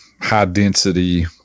high-density